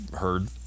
heard